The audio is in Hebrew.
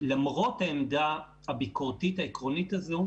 אני רוצה להגיד שלמרות העמדה העקרונית שלנו,